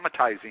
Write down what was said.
traumatizing